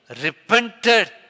repented